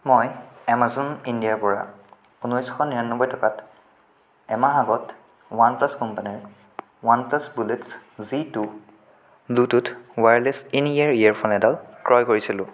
মই এমাজন ইণ্ডিয়াৰ পৰা ঊনৈছশ নিৰানব্বৈ টকাত এমাহ আগত ৱান প্লাছ কোম্পানীৰ one plus bullets z two bluetooth wireless in ear earphone এডাল ক্ৰয় কৰিছিলোঁ